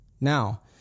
Now